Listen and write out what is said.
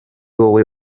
wowe